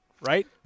right